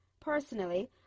Personally